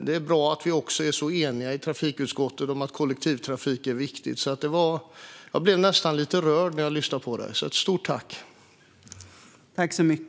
Det är bra att vi också är så eniga i trafikutskottet om att kollektivtrafik är viktigt. Jag blev nästan lite rörd när jag lyssnade på dig. Stort tack!